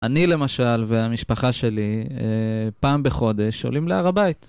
אני, למשל, והמשפחה שלי פעם בחודש עולים להר הבית.